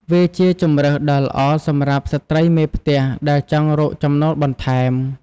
វាជាជម្រើសដ៏ល្អសម្រាប់ស្ត្រីមេផ្ទះដែលចង់រកចំណូលបន្ថែម។